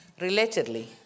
Relatedly